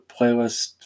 playlist